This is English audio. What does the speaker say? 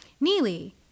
Neely